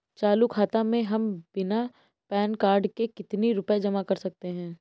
चालू खाता में हम बिना पैन कार्ड के कितनी रूपए जमा कर सकते हैं?